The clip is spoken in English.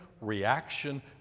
reaction